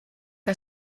que